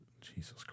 Jesus